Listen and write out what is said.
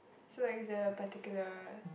so like is the particular